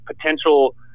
potential